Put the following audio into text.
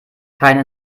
keine